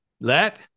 Let